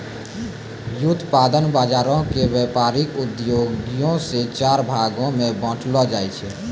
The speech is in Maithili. व्युत्पादन बजारो के व्यपारिक उद्देश्यो से चार भागो मे बांटलो जाय छै